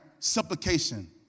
supplication